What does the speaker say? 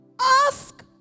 Ask